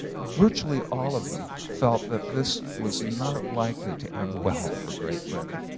virtually all of them felt that this was not likely to end well for great britain.